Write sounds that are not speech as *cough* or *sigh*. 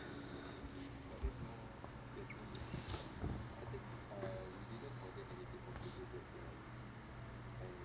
*breath*